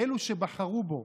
אלו שבחרו בו,